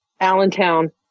Allentown